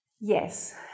Yes